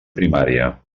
primària